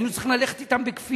היינו צריכים ללכת אתם בכפייה.